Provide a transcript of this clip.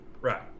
Right